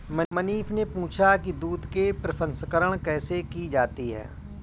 मनीष ने पूछा कि दूध के प्रसंस्करण कैसे की जाती है?